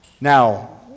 Now